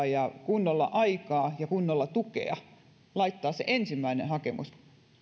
ja kunnolla aikaa ja kunnolla tukea laittaa se ensimmäinen hakemus